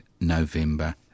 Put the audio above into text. November